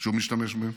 שהוא משתמש בהם,